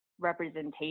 Representation